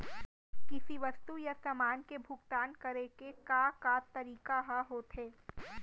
किसी वस्तु या समान के भुगतान करे के का का तरीका ह होथे?